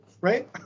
right